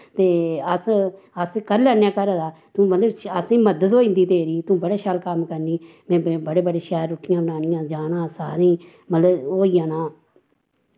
ते अस अस करी लैन्ने आं घरे दा तूं मतलव असें मदद हेई जंदी तेरी तू बड़ा शैल कम्म करनी में फ्ही बड़ी बड़ी शैल रुट्टियां बनानियां जाना सारैं मतलव होई जाना